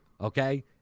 Okay